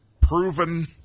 proven